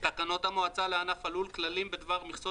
תקנות המועצה לענף הלול (כללים בדבר מכסות